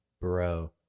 bro